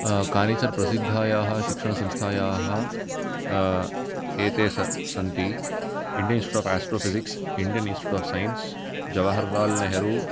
कानिचनप्रसिद्धायाः शिक्षणसंस्थायाः एते सन्ति Indian institute of astrophysics Indian institute of science Jawahar Lal Nehru